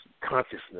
consciousness